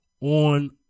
on